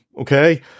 okay